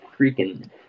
freaking –